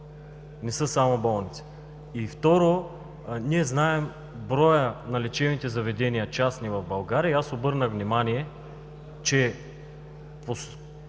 не са само болници. Второ, ние знаем броя на частните лечебни заведения в България и аз обърнах внимание, че